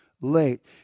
late